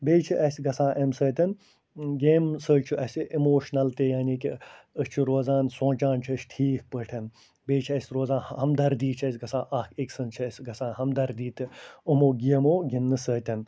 بیٚیہِ چھِ اَسہِ گژھان اَمہِ سۭتۍ گیمہِ سۭتۍ چھِ اَسہِ اِموشنَل تہِ یعنی کہِ أسۍ چھِ روزان سونٛچان چھِ أسۍ ٹھیٖک پٲٹھۍ بیٚیہِ چھِ اَسہِ روزان ہمدردی چھِ اَسہِ گژھان اَکھ أکۍ سٕنٛز چھِ اَسہِ گژھان ہمدردی تہِ یِمو گیمو گِنٛدنہٕ سۭتۍ